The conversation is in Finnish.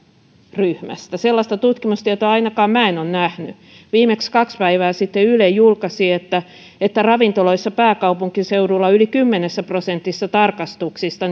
ryhmästä sellaista tutkimustietoa ainakaan minä en ole nähnyt viimeksi kaksi päivää sitten yle julkaisi että että ravintoloissa pääkaupunkiseudulla yli kymmenessä prosentissa tarkastuksista